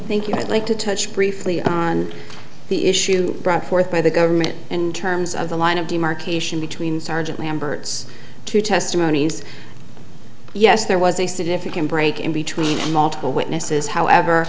you i'd like to touch briefly on the issue brought forth by the government in terms of the line of demarcation between sergeant lambert's two testimonies yes there was a significant break in between multiple witnesses however